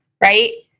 right